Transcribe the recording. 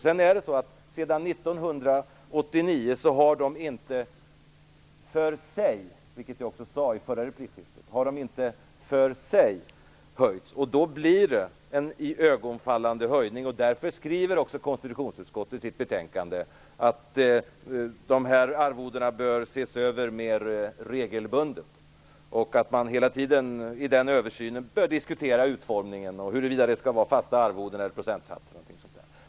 Sedan 1989 har de för sig, vilket jag också sade i det förra replikskiftet, inte höjts. Då blir det en iögonfallande höjning. Därför skriver också konstitutionsutskottet i sitt betänkande att de här arvodena bör ses över mer regelbundet och att man hela tiden i den översynen bör diskutera utformningen, huruvida det skall vara fasta arvoden eller procentsatser.